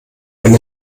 wenn